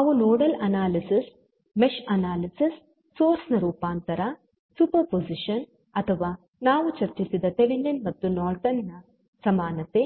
ಅವು nodal analysis mesh analysis source ನ ರೂಪಾಂತರ ಸೂಪರ್ಪೋಸಿಷನ್ ಅಥವಾ ನಾವು ಚರ್ಚಿಸಿದ ಥೆವೆನಿನ್ ಮತ್ತು ನಾರ್ಟನ್ ನ ಸಮಾನತೆ